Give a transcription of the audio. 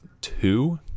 two